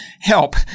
help